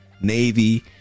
Navy